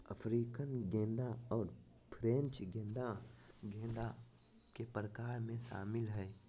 African गेंदा और French गेंदा गेंदा के प्रकार में शामिल हइ